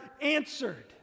answered